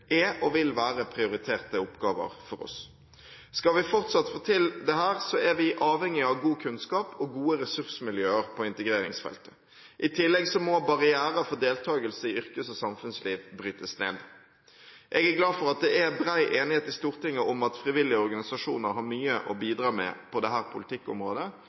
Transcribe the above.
er og vil være prioriterte oppgaver for oss. Skal vi fortsatt få til dette, er vi avhengig av god kunnskap og gode ressursmiljøer på integreringsfeltet. I tillegg må barrierer for deltakelse i yrkes- og samfunnsliv brytes ned. Jeg er glad for at det er bred enighet i Stortinget om at frivillige organisasjoner har mye å bidra med på dette politikkområdet,